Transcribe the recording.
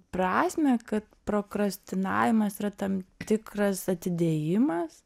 prasmę kad prokrastinavimas yra tam tikras atidėjimas